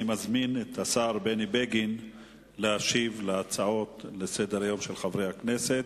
אני מזמין את השר בני בגין להשיב על הצעות לסדר-היום של חברי הכנסת.